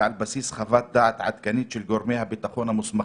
ועל בסיס חוות דעת עדכנית של גורמי הביטחון המוסמכים".